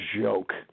joke